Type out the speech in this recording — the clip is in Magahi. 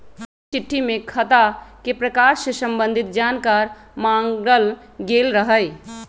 आवेदन चिट्ठी में खता के प्रकार से संबंधित जानकार माङल गेल रहइ